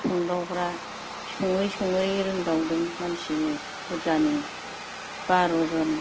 संदावग्रा संङै संङै रोंदावदों मानसि बुरजानि बार'जन